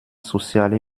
soziale